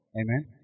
Amen